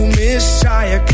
messiah